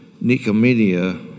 Nicomedia